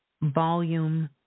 Volume